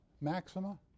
maxima